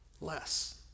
less